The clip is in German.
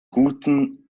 guten